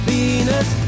Venus